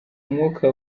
umwuka